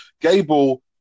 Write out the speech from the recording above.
Gable